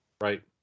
right